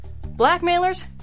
Blackmailers